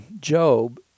job